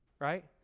Right